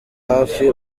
hafi